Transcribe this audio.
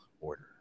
order